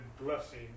blessing